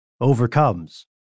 overcomes